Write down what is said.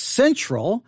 central